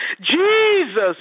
Jesus